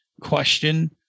question